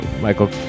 Michael